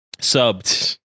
subbed